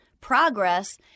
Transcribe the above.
progress